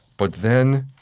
but then,